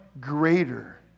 greater